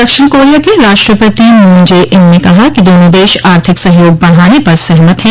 दक्षिण कोरिया के राष्ट्रपति मून जे ई इन ने कहा कि दोनों देश आर्थिक सहयोग बढ़ाने पर सहमत हैं